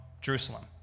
Jerusalem